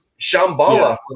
Shambhala